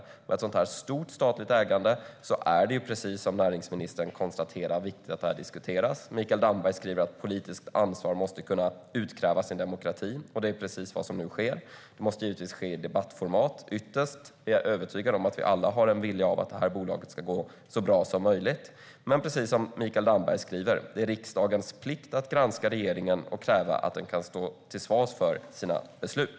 När det gäller ett sådant stort statligt ägande är det, precis som näringsministern konstaterar, viktigt att detta diskuteras. Mikael Damberg säger att politiskt ansvar måste kunna utkrävas i en demokrati. Det är precis vad som nu sker. Det måste givetvis ske i debattformat. Jag är övertygad om att vi alla har en vilja att detta bolag ska gå så bra som möjligt. Men precis som Mikael Damberg säger är det riksdagens plikt att granska regeringen och kräva att den kan stå till svars för sina beslut.